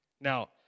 Now